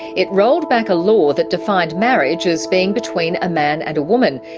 it rolled back a law that defined marriage as being between a man and a woman.